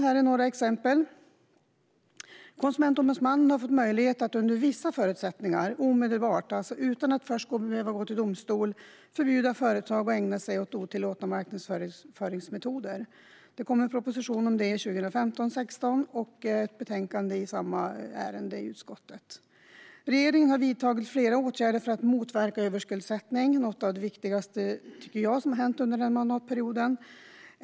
Här är några exempel: Konsumentombudsmannen har fått möjlighet att under vissa förutsättningar omedelbart, utan att först behöva gå till domstol, förbjuda företag att ägna sig åt otillåtna marknadsföringsmetoder. Det kom en proposition om det 2015/16 och ett betänkande i samma ärende i utskottet. Regeringen har vidtagit flera åtgärder för att motverka överskuldsättning. Det är något av det viktigaste som har hänt under mandatperioden.